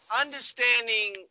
understanding